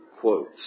quotes